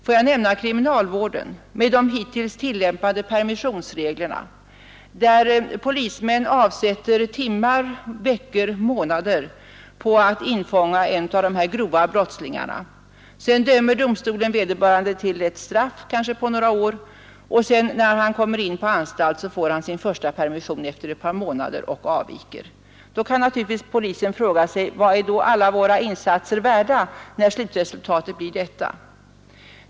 Jag vill nämna kriminalvården med dess hittills tillämpade permissionsregler. Polismän avsätter timmar, veckor och månader till att infånga en av de grova brottslingarna. Domstolen dömer honom till ett fängelsestraff på några år. På anstalten får han sin första permission efter ett par månader och avviker. Då kan naturligtvis polisen fråga sig: Vad är våra insatser värda, när slutresultatet blir detta?